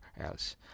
else